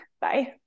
Bye